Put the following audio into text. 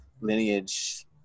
lineage